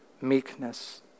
meekness